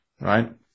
right